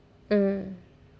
mm